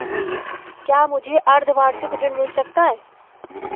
क्या मुझे अर्धवार्षिक ऋण मिल सकता है?